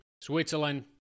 Switzerland